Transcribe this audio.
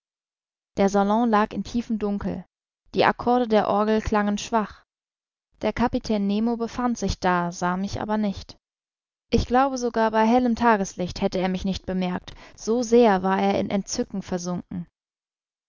der salon lag in tiefem dunkel die accorde der orgel klangen schwach der kapitän nemo befand sich da sah mich aber nicht ich glaube sogar bei hellem tageslicht hätte er mich nicht bemerkt so sehr war er in entzücken versunken